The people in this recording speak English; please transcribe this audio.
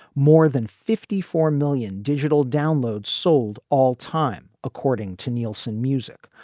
more than fifty four million digital downloads sold all time, according to nielsen music,